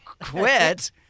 quit